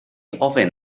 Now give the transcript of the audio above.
ofyn